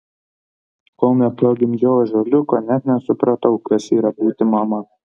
kol nepagimdžiau ąžuoliuko net nesupratau kas yra būti mama